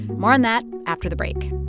more on that after the break